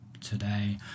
today